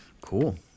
Cool